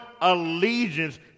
allegiance